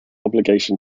obligation